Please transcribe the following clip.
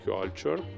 Culture